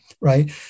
right